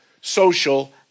social